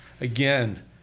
Again